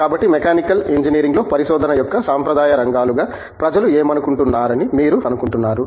కాబట్టి మెకానికల్ ఇంజనీరింగ్లో పరిశోధన యొక్క సాంప్రదాయ రంగాలుగా ప్రజలు ఏమనుకుంటున్నారని మీరు అనుకుంటున్నారు